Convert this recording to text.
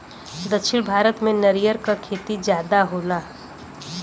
दक्षिण भारत में नरियर क खेती जादा होला